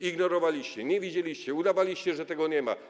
Ignorowaliście to, nie widzieliście, udawaliście, że tego nie ma.